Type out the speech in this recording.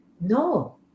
No